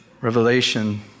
Revelation